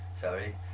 sorry